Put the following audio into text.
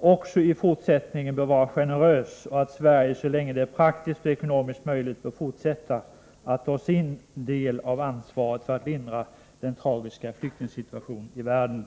också i framtiden bör vara generös och att Sverige så länge det är praktiskt och ekonomiskt möjligt bör fortsätta att ta sin del av ansvaret för att lindra den tragiska flyktingsituationen i världen.